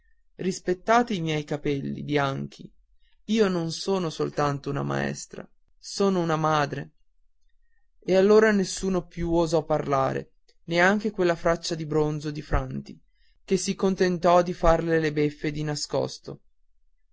rispettate i miei capelli bianchi io non sono soltanto una maestra sono una madre e allora nessuno osò più di parlare neanche quella faccia di bronzo di franti che si contentò di farle le beffe di nascosto